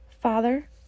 Father